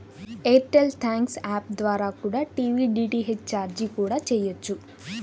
air tell thanks app ద్వారా TV DTH recharge కూడా చెయ్యొచ్చు